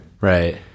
Right